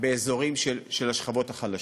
באזורים של השכבות החלשות.